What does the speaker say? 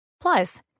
Plus